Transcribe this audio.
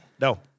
No